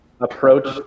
approach